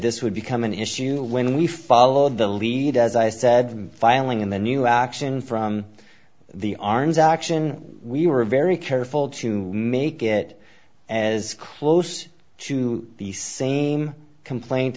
this would become an issue when we followed the lead as i said filing in the new action from the arms action we were very careful to make it as close to the same complaint